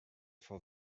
for